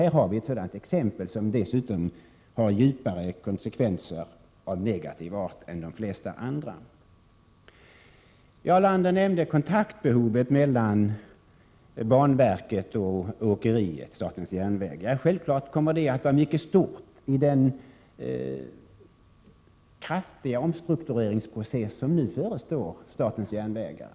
Här har vi ett sådant exempel, som dessutom har djupare konsekvenser av negativ art än de flesta andra. Jarl Lander nämnde behovet av kontakt mellan banverket och åkeriet statens järnvägar. Självfallet kommer det behovet att vara mycket stort i den kraftiga omstruktureringsprocess som nu förestår för statens järnvägar.